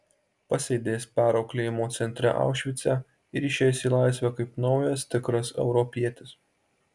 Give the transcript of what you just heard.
pasėdės perauklėjimo centre aušvice ir išeis į laisvę kaip naujas tikras europietis